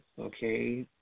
okay